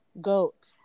goat